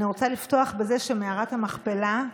אני רוצה לפתוח בזה שמערת המכפלה,